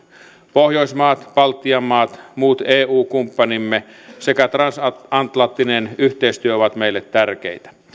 pohjoismaat baltian maat muut eu kumppanimme sekä transatlanttinen yhteistyö ovat meille tärkeitä